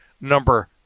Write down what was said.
number